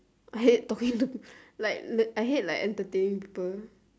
I hate talking to like I hate like entertaining people